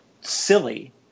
silly